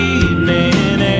evening